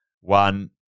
one